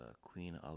Queen